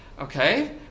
Okay